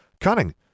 Cunning